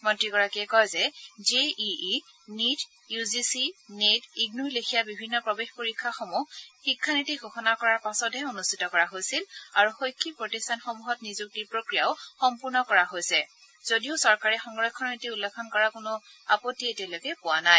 মন্ত্ৰীগৰাকীয়ে কয় যে J E E NEET U G C NET ইগ্নুৰ লেখীয়া বিভিন্ন প্ৰৱেশ পৰীক্ষাসমূহ শিক্ষানীতি ঘোষণা কৰাৰ পাছতহে অনুষ্ঠিত কৰা হৈছিল আৰু শৈক্ষিক প্ৰতিষ্ঠানসমূহত নিযুক্তিৰ প্ৰক্ৰিয়াও সম্পূৰ্ণ কৰা হৈছে যদিও চৰকাৰে সংৰক্ষণৰ নীতি উলংঘন কৰাৰ কোনো আপত্তি এতিয়ালৈকে পোৱা নাই